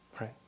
right